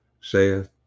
saith